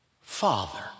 Father